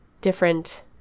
different